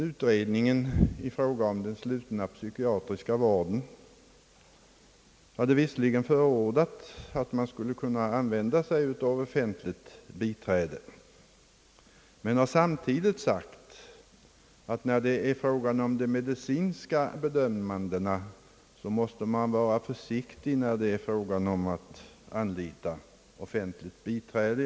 Utredningen om den slutna psykiatriska vården har visserligen förordat, att man skall kunna använda sig av offentligt biträde, men den har samtidigt sagt att man när det gäller de medicinska bedömandena måste vara försiktig med att anlita offentligt biträde.